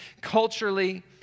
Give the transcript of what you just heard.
culturally